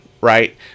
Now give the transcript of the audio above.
right